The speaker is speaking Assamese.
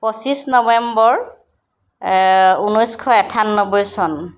পঁচিছ নৱেম্বৰ ঊনৈছশ আঠান্নব্বৈ চন